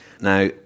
Now